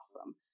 awesome